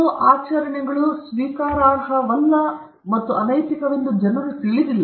ಕೆಲವು ಆಚರಣೆಗಳು ಸ್ವೀಕಾರಾರ್ಹವಲ್ಲ ಮತ್ತು ಅನೈತಿಕವೆಂದು ಜನರು ತಿಳಿದಿಲ್ಲ